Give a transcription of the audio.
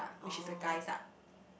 oh